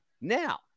Now